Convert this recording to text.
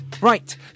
Right